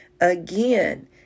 Again